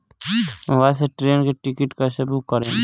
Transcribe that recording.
Mobile से train के ticket कैसे बूक करेम?